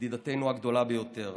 ידידתנו הגדולה ביותר.